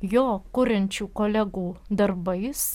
jo kuriančių kolegų darbais